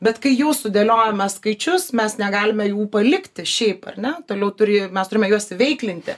bet kai jau dėliojame skaičius mes negalime jų palikti šiaip ar ne toliau turi mes turime juos įveiklinti